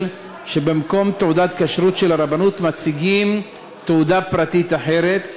שבמקום תעודת כשרות של הרבנות מציגים תעודה פרטית אחרת,